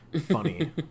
funny